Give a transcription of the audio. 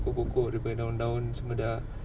pokok-pokok dia punya daun semua dah